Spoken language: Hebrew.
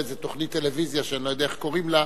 באיזו תוכנית טלוויזיה שאני לא יודע איך קוראים לה,